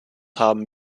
haben